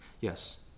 Yes